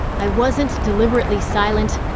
i wasn't deliberately silent.